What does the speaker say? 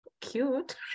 cute